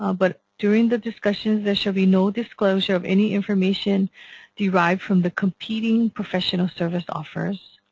um but during the discussions there should be no disclosure of any information derived from the competing professional service offers.